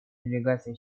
делегаций